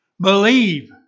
Believe